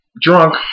drunk